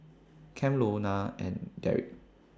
Cam Lona and Derick